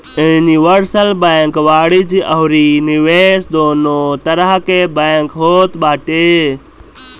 universal bank वाणिज्य अउरी निवेश दूनो तरह के बैंक होत बाटे